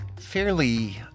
fairly